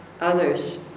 others